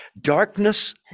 Darkness